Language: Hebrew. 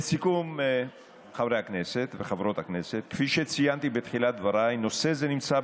חיים כץ, נא לשבת,